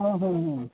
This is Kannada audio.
ಹಾಂ ಹಾಂ ಹಾಂ